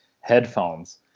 headphones